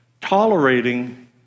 Tolerating